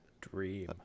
dream